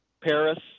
Paris